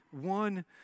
One